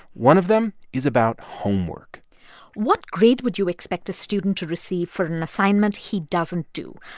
one of them is about homework what grade would you expect a student to receive for an assignment he doesn't do,